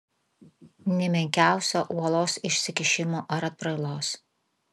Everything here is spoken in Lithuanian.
nė menkiausio uolos išsikišimo ar atbrailos